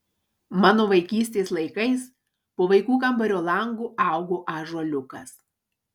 mano vaikystės laikais po vaikų kambario langu augo ąžuoliukas